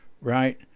right